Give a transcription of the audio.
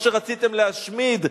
מה שרציתם להשמיד,